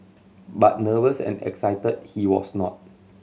but nervous and excited he was not